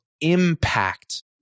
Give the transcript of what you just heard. impact